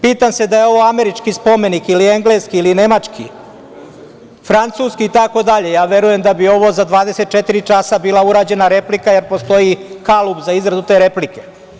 Pitam se da je ovo američki spomenik ili engleski, ili nemački, francuski itd, verujem da bi za 24 časa bila urađena replika, jer postoji kalup za izradu te replika.